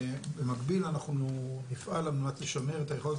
במקביל אנחנו נפעל על מנת לשמר את היכולת